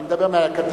אני מדבר מקדימה.